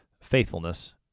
faithfulness